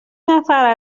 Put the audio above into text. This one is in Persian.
نفر